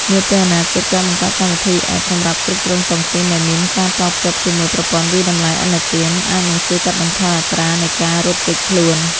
នាពេលអនាគត ការបង្កើតកម្មវិធី App សម្រាប់គ្រប់គ្រងតុងទីន ដែលមានការតភ្ជាប់ជាមួយ "ប្រព័ន្ធវាយតម្លៃឥណទាន" អាចនឹងជួយកាត់បន្ថយអត្រានៃការរត់គេចខ្លួន។